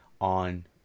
on